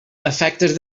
efectes